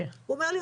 הוא אומר לי,